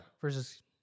versus